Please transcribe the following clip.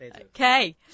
Okay